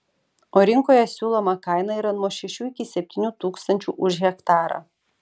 o rinkoje siūloma kaina yra nuo šešių iki septynių tūkstančių už hektarą